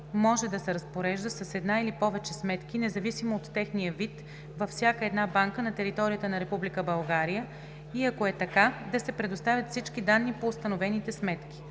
може да се разпорежда с една или повече сметки, независимо от техния вид, във всяка една банка на територията на Република България, и ако е така – да се предоставят всички данни по установените сметки.